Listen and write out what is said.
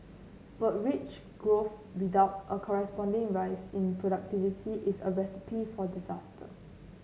but wage growth without a corresponding rise in productivity is a recipe for disaster